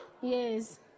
Yes